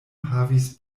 havis